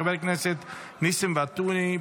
של חבר הכנסת ניסים ואטורי,